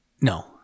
No